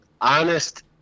Honest